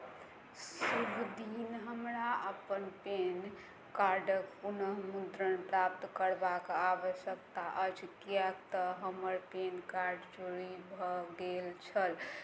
शुभ दिन हमरा अपन पैन कार्डक पुन मुद्रण प्राप्त करबाक आवश्यकता अछि किएक तऽ हमर पैन कार्ड चोरी भऽ गेल छल